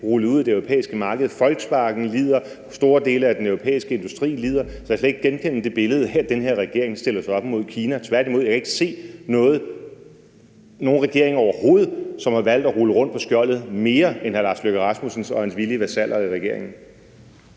rullet ud på det europæiske marked. Volkswagen lider, og store dele af den europæiske industri lider. Så jeg kan slet ikke genkende det billede, at den her regering stiller sig op mod Kina. Tværtimod kan jeg overhovedet ikke se nogen regering, som har valgt at rulle rundt på skjoldet mere end justitsministeren og hans villige vasaller i regeringen.